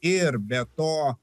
ir be to